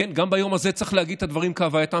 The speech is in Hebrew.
גם ביום הזה צריך להגיד את הדברים כהווייתם